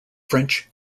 french